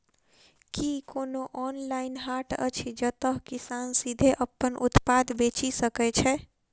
की कोनो ऑनलाइन हाट अछि जतह किसान सीधे अप्पन उत्पाद बेचि सके छै?